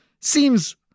seems